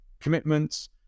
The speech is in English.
commitments